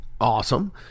Awesome